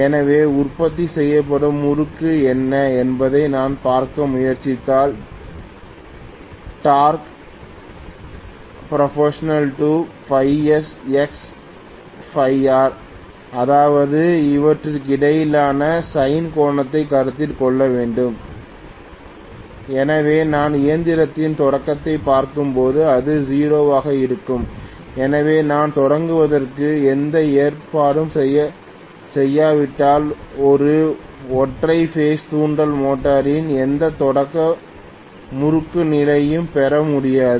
எனவே உற்பத்தி செய்யப்படும் முறுக்கு என்ன என்பதை நான் பார்க்க முயற்சித்தால் Torque sXr அதாவது அவற்றுக்கிடையேயான சைன் கோணத்தை கருத்தில் கொள்ள வேண்டும் எனவே நான் இயந்திரத்தின் தொடக்கத்தைப் பார்க்கும்போது அது 0 ஆக இருக்கும் எனவே நான் தொடங்குவதற்கு எந்த ஏற்பாடும் செய்யாவிட்டால் ஒரு ஒற்றை பேஸ் தூண்டல் மோட்டரில் எந்த தொடக்க முறுக்குநிலையையும் பெற முடியாது